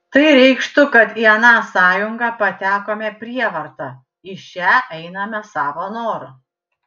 tai reikštų kad į aną sąjungą patekome prievarta į šią einame savo noru